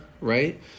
right